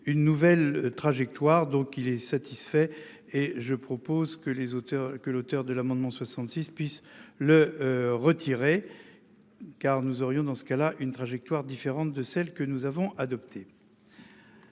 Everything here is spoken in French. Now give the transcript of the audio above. une nouvelle trajectoire. Donc il est satisfait. Et je propose que les auteurs que l'auteur de l'amendement 66 puisse le retirer. Car nous aurions dans ce cas-là une trajectoire différente de celle que nous avons adopté.